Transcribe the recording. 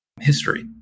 history